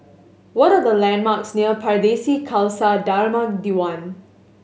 what are the landmarks near Pardesi Khalsa Dharmak Diwan